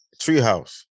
Treehouse